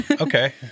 Okay